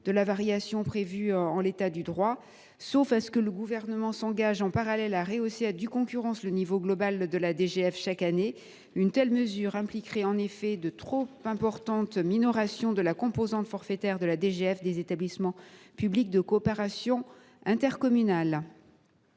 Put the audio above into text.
de la variation prévue en l’état du droit. À moins que le Gouvernement ne s’engage, en parallèle, à rehausser à due concurrence le niveau global de la DGF chaque année, une telle mesure impliquerait en effet de trop importantes minorations de la composante forfaitaire de la DGF des établissements publics de coopération intercommunale.